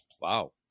Wow